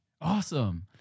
Awesome